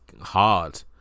hard